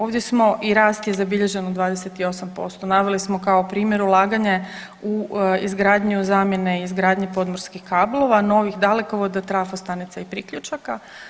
Ovdje smo i rast je zabilježen u 28%, naveli smo kao primjer ulaganje u izgradnju, zamjene i izgradnje podmorskih kablova, novih dalekovoda, trafostanica i priključaka.